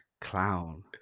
clown